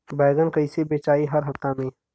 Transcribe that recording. बैगन कईसे बेचाई हर हफ्ता में?